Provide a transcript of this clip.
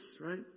right